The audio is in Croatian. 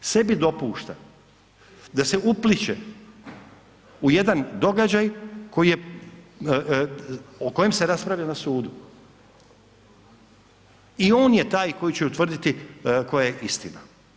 Sebi dopušta da se upliće u jedan događaj o kojem se raspravlja na sudu i on je taj koji će utvrditi koja je istina.